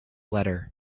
letter